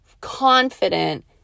confident